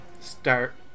Start